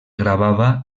gravava